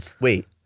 Wait